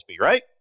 right